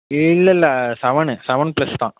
இல்லை இல்லை செவன்னு செவன் பிளஸ் தான்